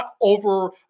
over